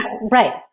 right